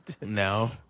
No